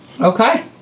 Okay